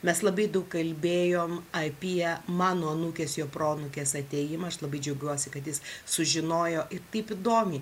mes labai daug kalbėjom apie mano anūkės jo proanūkės atėjimą aš labai džiaugiuosi kad jis sužinojo ir taip įdomiai